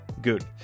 good